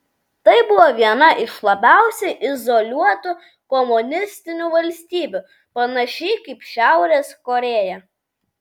tai buvo viena iš labiausiai izoliuotų komunistinių valstybių panašiai kaip šiaurės korėja